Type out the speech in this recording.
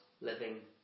living